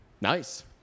Nice